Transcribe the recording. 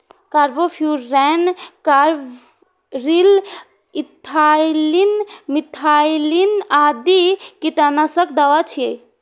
carbofuran, carbaryl, ethylene, methylene आदि कीटनाशक दवा छियै